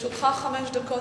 לרשותך חמש דקות.